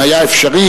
אם היה אפשרי,